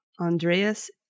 Andreas